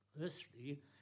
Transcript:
Firstly